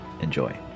Enjoy